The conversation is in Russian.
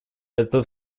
этот